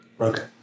Okay